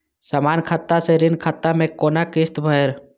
समान खाता से ऋण खाता मैं कोना किस्त भैर?